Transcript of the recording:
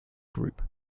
group